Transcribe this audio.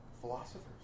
Philosophers